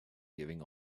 giving